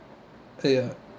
uh ya